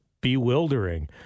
bewildering